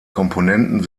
komponenten